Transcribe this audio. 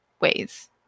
ways